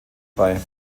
bei